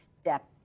step